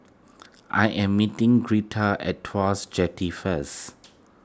I am meeting Gretta at Tuas Jetty first